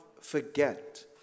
forget